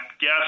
guess